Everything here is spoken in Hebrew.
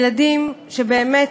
ילדים שבאמת,